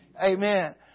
amen